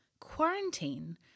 Quarantine